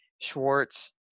Schwartz